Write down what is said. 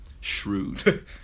shrewd